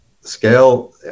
scale